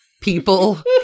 people